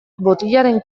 botilaren